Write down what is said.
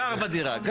גר בדירה.